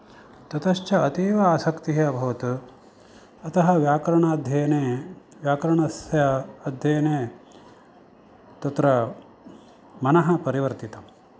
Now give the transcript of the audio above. ततश्च अतीव आसक्तिः अभवत् अतः व्याकरणाध्ययने व्याकरणस्य अध्ययने तत्र मनः परिवर्तितम्